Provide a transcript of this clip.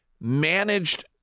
managed